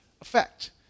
effect